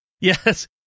yes